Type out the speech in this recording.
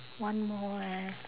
one more eh